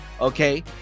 okay